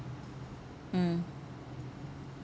mm